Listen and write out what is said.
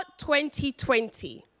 2020